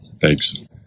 Thanks